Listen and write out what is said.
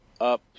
up